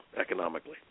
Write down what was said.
economically